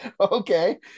Okay